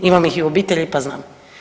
Imam ih i u obitelji pa znam.